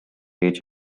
age